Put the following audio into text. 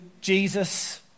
Jesus